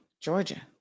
Georgia